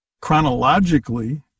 chronologically